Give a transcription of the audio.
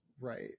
Right